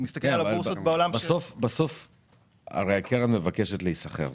בסוף הקרן רוצה להיסחר.